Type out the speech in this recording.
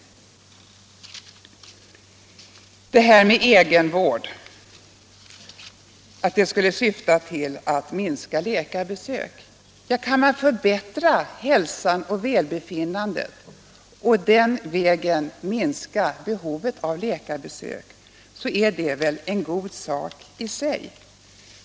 Och så detta med att egenvården skulle syfta till att minska läkarbesök. Kan man förbättra hälsan och välbefinnandet och den vägen minska behovet av läkarbesök, är det väl i sig en god sak?